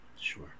sure